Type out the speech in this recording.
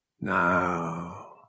Now